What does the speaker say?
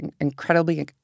incredibly